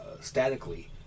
statically